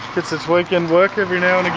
its its weekend work every now